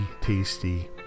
tasty